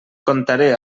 contaré